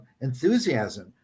enthusiasm